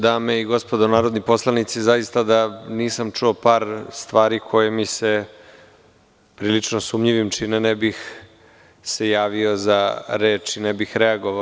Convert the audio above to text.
Dame i gospodo narodni poslanici, da nisam čuo par stvari koje mi se prilično sumnjivim čine, ne bih se javio za reč i ne bih reagovao.